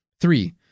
Three